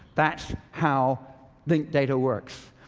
that's how linked data works.